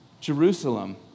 Jerusalem